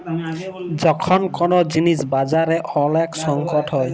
যখল কল জিলিস বাজারে ওলেক সংকট হ্যয়